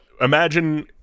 imagine